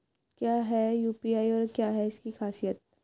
क्या है यू.पी.आई और क्या है इसकी खासियत?